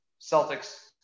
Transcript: Celtics